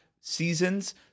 seasons